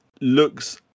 looks